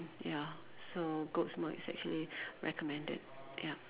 ya so goat's milk is actually recommended ya